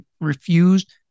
refused